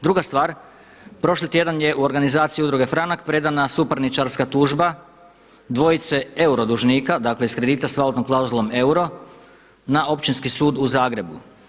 Druga stvar, prošli tjedan je u organizaciji Udruge Franak predana suparničarska tužba dvojice euro dužnika, dakle iz kredita s valutnom klauzulom euro na Općinski sud u Zagrebu.